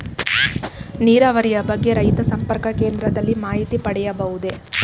ನೀರಾವರಿಯ ಬಗ್ಗೆ ರೈತ ಸಂಪರ್ಕ ಕೇಂದ್ರದಲ್ಲಿ ಮಾಹಿತಿ ಪಡೆಯಬಹುದೇ?